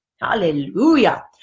hallelujah